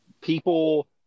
People